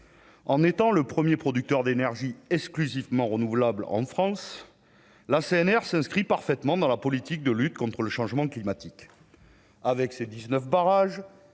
en étant le 1er producteur d'énergie exclusivement renouvelable en France, la CNR s'inscrit parfaitement dans la politique de lutte contre le changement climatique. Avec ses 19 barrages